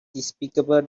despicable